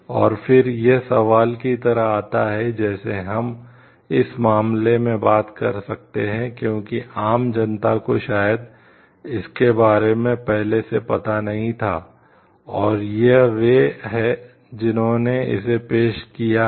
और फिर यह सवाल की तरह आता है जैसे हम इस मामले में बात कर सकते हैं क्योंकि आम जनता को शायद इसके बारे में पहले से पता नहीं था और यह वे हैं जिन्होंने इसे पेश किया है